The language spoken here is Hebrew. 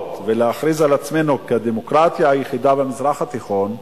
למדינות ולהכריז על עצמנו כדמוקרטיה היחידה במזרח התיכון,